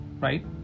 right